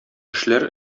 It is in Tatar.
эшләр